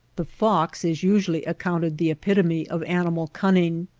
the fox is usually accounted the epitome of animal cunning,